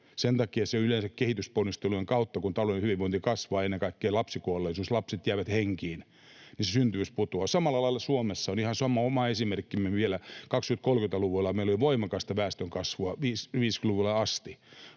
Sen takia yleensä kehitysponnistelujen kautta, kun taloudellinen hyvinvointi kasvaa ja ennen kaikkea lapsikuolleisuus vähenee, lapset jäävät henkiin, se syntyvyys putoaa. Samalla lailla Suomessa on ihan sama esimerkki: Vielä 20—30-luvulla meillä oli voimakasta väestönkasvua, 50-luvulle asti.